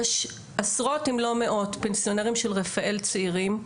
יש עשרות אם לא מאות פנסיונרים של רפאל צעירים,